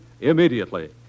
immediately